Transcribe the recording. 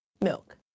Milk